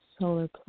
solar